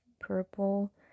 purple